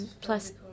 plus